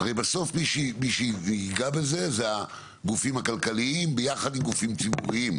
הרי בסוף מי שייגע בזה זה הגופים הכלכליים ביחד עם גופים ציבוריים.